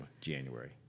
January